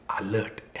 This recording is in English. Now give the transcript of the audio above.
alert